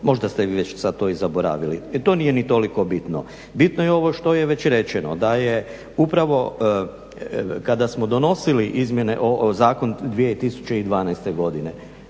možda ste vi već sad to i zaboravili. To nije ni toliko bitno. Bitno je ovo što je već rečeno, da je upravo kada smo donosili izmjene, zakon 2012. godine